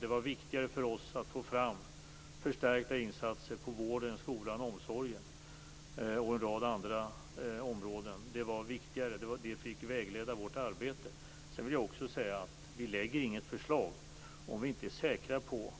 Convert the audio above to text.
Det var viktigare för oss att få fram förstärkta insatser till vården, skolan och omsorgen och en rad andra områden. Det var viktigare, och det fick vägleda vårt arbete. Sedan vill jag också säga att vi inte lägger fram något förslag om vi inte är säkra på